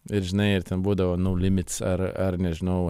ir žinai ir ten būdavo no limts ar ar nežinau